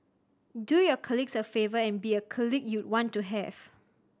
do your colleagues a favour and be a colleague you'd want to have